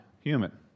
human